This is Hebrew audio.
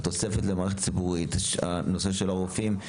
התוספת למערכת הציבורית, הנושא של הרופאים.